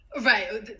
Right